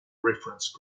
reference